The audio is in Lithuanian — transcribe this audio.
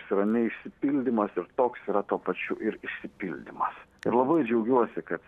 tai yra neišsipildymas ir toks yra tuo pačiu ir išsipildymas ir labai džiaugiuosi kad